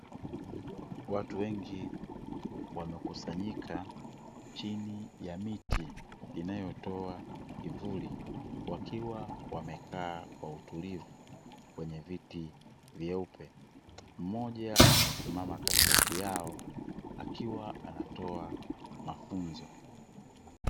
Watu wengi wamekusanyika chini ya miti inayotoa kivuli, wakiwa wamekaa kwa utulivu kwenye viti vyeupe. Mmoja amesimama katikati yao akiwa anatoa mafunzo.